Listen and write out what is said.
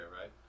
right